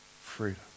freedom